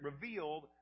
revealed